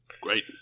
Great